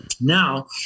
now